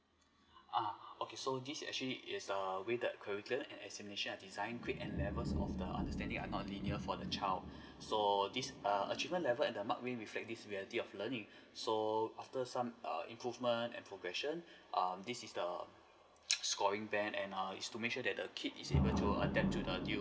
uh okay so this actually is err with the curricular and examination design grade and level of the understanding are not linear for the child so this err achievement level and the mark will reflect this ability of learning so after some err improvement and progression um this is the scoring band and err is to make sure that the kid is able to adapt to the new